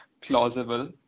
Plausible